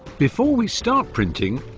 before we start printing,